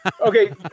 Okay